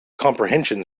compression